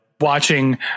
watching